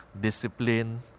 Discipline